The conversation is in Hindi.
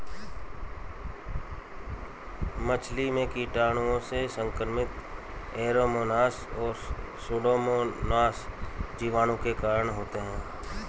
मछली में जीवाणुओं से संक्रमण ऐरोमोनास और सुडोमोनास जीवाणु के कारण होते हैं